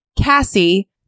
Cassie